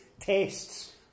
tests